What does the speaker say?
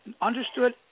understood